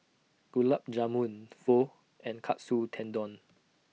Gulab Jamun Pho and Katsu Tendon